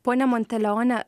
pone monteleone